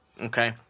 okay